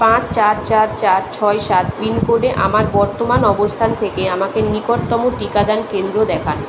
পাঁচ চার চার চার ছয় সাত পিনকোডে আমার বর্তমান অবস্থান থেকে আমাকে নিকটতম টিকাদান কেন্দ্র দেখান